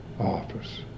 office